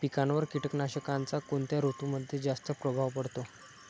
पिकांवर कीटकनाशकांचा कोणत्या ऋतूमध्ये जास्त प्रभाव पडतो?